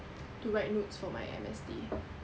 to write noted for my M_S_T